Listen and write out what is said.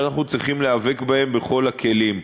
שאנחנו צריכים להיאבק בהן בכל הכלים.